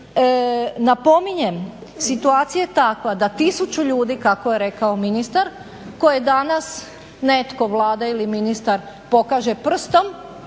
Napominjem, situacija je takva da tisuću ljudi kako je rekao ministar, koje danas netko, Vlada ili ministar pokaže prstom